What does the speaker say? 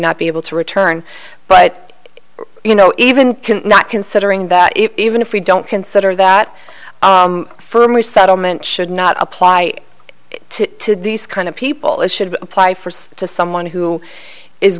not be able to return but you know even not considering that even if we don't consider that firmly settlement should not apply to these kind of people it should apply for say to someone who is